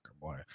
boy